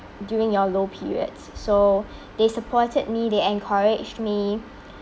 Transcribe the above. during your low periods so they supported me they encouraged me